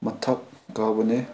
ꯃꯊꯛ ꯀꯥꯕꯅꯦ